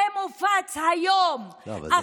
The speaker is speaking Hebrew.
זה מופץ היום, לא, אבל זו מחאה.